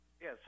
Yes